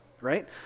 right